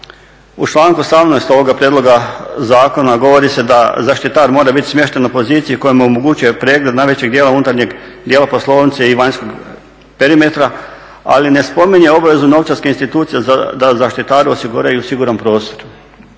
U članku 18.ovoga prijedloga zakona govori se da zaštitar mora biti smješten na poziciji koja mu omogućuje pregled najvećeg dijela unutarnjeg dijela poslovnice i vanjskog perimetra, ali ne spominje obavezu novčarskih institucija da zaštitaru osiguraju siguran prostor.